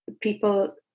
people